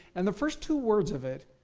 and the first two words of it,